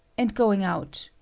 and going out,